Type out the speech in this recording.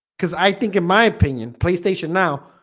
because i think in my opinion playstation now,